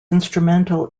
instrumental